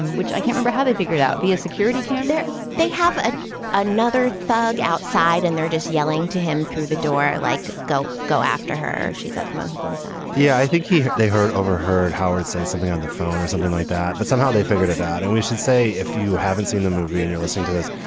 um which i can't figure out how they figured out via a security camera they have ah another thug outside and they're just yelling to him through the door like, go, go after her. she's at the mohegan sun yeah, i think he they heard overheard howard say something on the phone or something like that. but somehow they figured it out. and we should say, if you haven't seen the movie and you're listening to this,